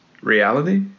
reality